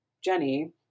Jenny